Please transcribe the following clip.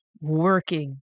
working